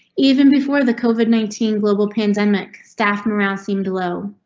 even before the covid nineteen global pandemic staffing around seemed low,